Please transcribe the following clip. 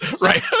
right